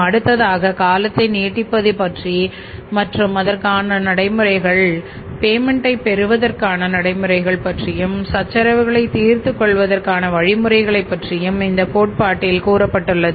அடுத்ததாக காலத்தை நீடிப்பது பற்றி மற்றும் அதற்கான நடைமுறைகள்பேமெண்ட்டை பெறுவதற்கான நடைமுறைகள் பற்றியும் சச்சரவுகள் தீர்த்து கொள்வதற்கான வழி முறைகளையும் இந்த கோட்பாட்டில் கூறப்பட்டுள்ளது